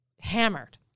hammered